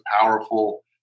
powerful